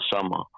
summer